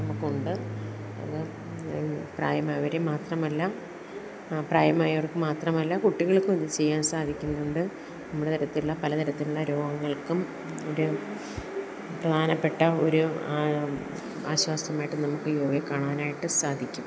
നമുക്കുണ്ട് അത് പ്രായമായവരെയും മാത്രമല്ല പ്രായമായവർക്ക് മാത്രമല്ല കുട്ടികൾക്കും ഇത് ചെയ്യാൻ സാധിക്കുന്നുണ്ട് നമ്മുടെ തരത്തിലുള്ള പല തരത്തിലുള്ള രോഗങ്ങൾക്കും ഒരു പ്രധാനപ്പെട്ട ഒരു ആശ്വാസമായിട്ട് നമുക്ക് യോഗയെ കാണാനായിട്ട് സാധിക്കും